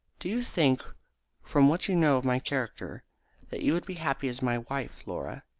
do you think from what you know of my character that you could be happy as my wife, laura?